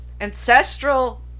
Ancestral